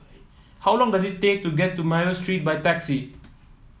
how long does it take to get to Mayo Street by taxi